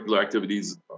activities